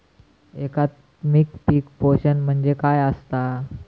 एकात्मिक पीक पोषण म्हणजे काय असतां?